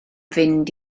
fynd